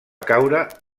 caure